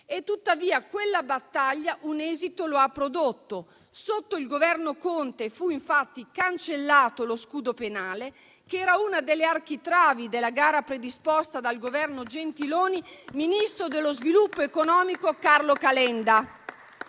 tuttavia quella battaglia un esito lo ha prodotto: sotto il Governo Conte fu infatti cancellato lo scudo penale, che era una delle architravi della gara predisposta dal Governo Gentiloni, quando ministro dello sviluppo economico era Carlo Calenda